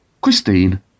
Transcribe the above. Christine